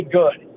good